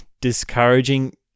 discouraging